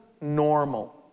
normal